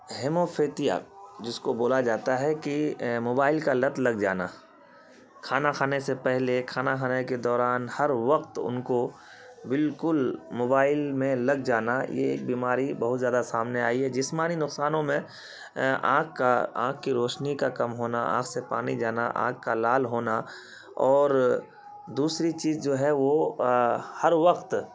ہیموفیتیا جس کو بولا جاتا ہے کہ موبائل کا لت لگ جانا کھانا کھانے سے پہلے کھانا کھانے کے دوران ہر وقت ان کو بالکل موبائل میں لگ جانا یہ ایک بیماری بہت زیادہ سامنے آئی ہے جسمانی نقصانوں میں آنکھ کا آنکھ کی روشنی کا کم ہونا آنکھ سے پانی جانا آنکھ کا لال ہونا اور دوسری چیز جو ہے وہ ہر وقت